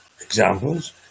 examples